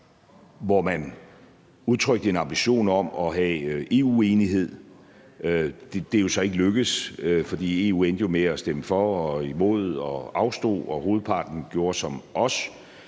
hvor man udtrykte en ambition om at have EU-enighed. Det er så ikke lykkedes, for EU-landene endte jo med både at stemme for og imod og at afstå, og hovedparten gjorde som os.